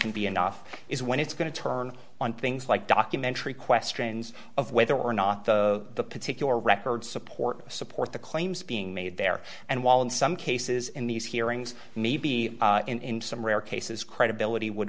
can be enough is when it's going to turn on things like documentary questions of whether or not the particular records support support the claims being made there and while in some cases in these hearings maybe in some rare cases credibility would